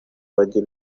bajye